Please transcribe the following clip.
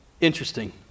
interesting